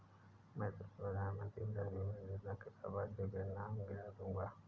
मैं तुम्हें प्रधानमंत्री फसल बीमा योजना के लाभार्थियों के नाम गिना दूँगा